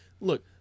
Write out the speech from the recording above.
look